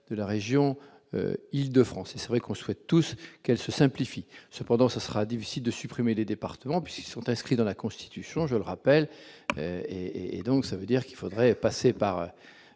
de la région Île-de-France et c'est vrai qu'on souhaite tous qu'elle se simplifie cependant ça sera difficile de supprimer les départements, puis y sont inscrits dans la constitution, je le rappelle et et donc ça veut dire qu'il faudrait passer par